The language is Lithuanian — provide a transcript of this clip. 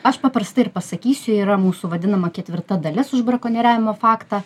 aš paprastai ir pasakysiu yra mūsų vadinama ketvirta dalis už brakonieriavimo faktą